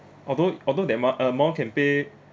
although although that amou~ amount can pay